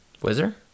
Wizard